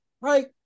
right